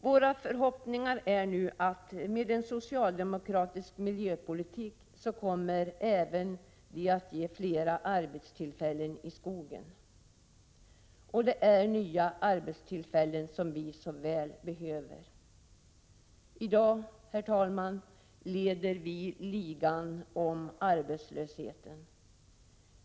Våra förhoppningar är nu att en socialdemokratisk miljöpolitik även kommer att ge fler arbetstillfällen i skogen. Det är nya arbetstillfällen som vi så väl behöver. I dag, herr talman, leder vi ligan i fråga om arbetslösheten.